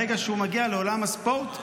ברגע שהוא מגיע לעולם הספורט,